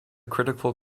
critical